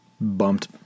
bumped